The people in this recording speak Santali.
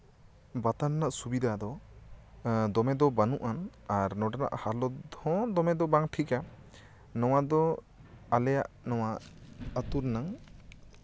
ᱵᱟᱛᱟᱱ ᱨᱮᱱᱟᱜ ᱥᱩᱵᱤᱫᱷᱟ ᱫᱚ ᱫᱚᱢᱮ ᱫᱚ ᱵᱟᱹᱱᱩᱜ ᱟᱱ ᱟᱨ ᱱᱸᱰᱮᱱᱟᱜ ᱦᱟᱞᱚᱛᱦᱚᱸ ᱫᱚᱢᱮ ᱫᱚ ᱵᱟᱝ ᱴᱷᱤᱠᱼᱟ ᱱᱚᱣᱟ ᱫᱚ ᱟᱞᱮᱭᱟᱜ ᱱᱚᱣᱟ ᱟᱛᱳ ᱨᱮᱱᱟᱝ